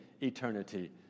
eternity